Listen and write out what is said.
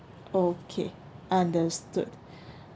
okay understood